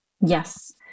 yes